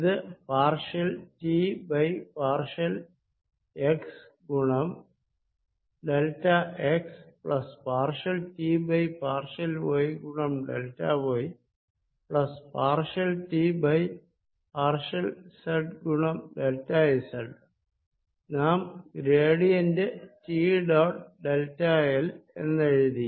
ഇത് partial T by partial x ഗുണം delta x plus partial T by partial y ഗുണം delta y plus partial T by partial z ഗുണം delta z നാം gradient T dot delta l എന്നെഴുതി